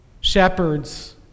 shepherds